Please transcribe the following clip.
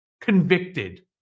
convicted